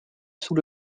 sous